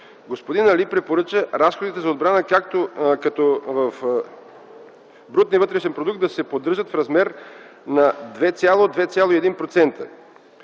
Господин Али препоръча разходите за отбрана в брутния вътрешен продукт да се поддържат в размер на 2,0-2,1%.